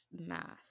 math